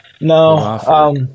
no